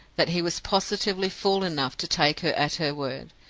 that he was positively fool enough to take her at her word.